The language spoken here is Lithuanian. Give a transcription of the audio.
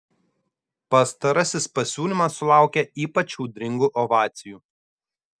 pastarasis pasiūlymas sulaukė ypač audringų ovacijų